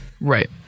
Right